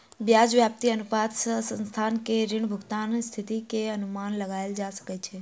ब्याज व्याप्ति अनुपात सॅ संस्थान के ऋण भुगतानक स्थिति के अनुमान लगायल जा सकै छै